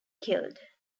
killed